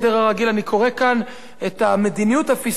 אני קורא כאן על המדיניות הפיסקלית.